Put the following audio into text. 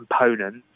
components